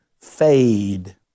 fade